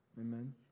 Amen